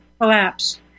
collapse